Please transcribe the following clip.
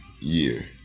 year